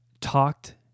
talked